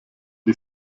die